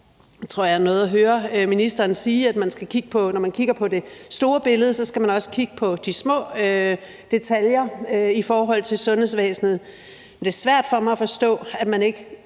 at jeg nåede at høre ministeren sige, at når man kigger på det store billede, skal man også kigge på de små detaljer i forhold til sundhedsvæsenet. Men det er svært for mig at forstå, at man ikke